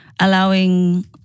allowing